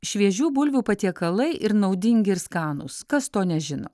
šviežių bulvių patiekalai ir naudingi ir skanūs kas to nežino